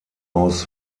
aus